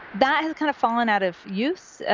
that has kind of fallen out of use.